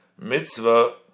mitzvah